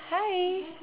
hi